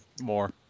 More